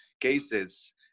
cases